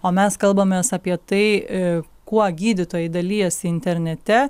o mes kalbamės apie tai kuo gydytojai dalijasi internete